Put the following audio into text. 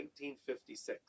1956